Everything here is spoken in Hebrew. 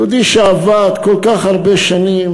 יהודי שעבד כל כך הרבה שנים,